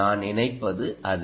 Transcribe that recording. நான் நினைப்பது அதே